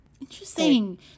interesting